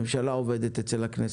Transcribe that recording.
הממשלה עובדת אצל הכנסת.